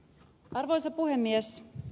arvoisa puhemies